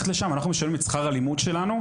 לשם ואנחנו משלמים את שכר הלימוד שלנו,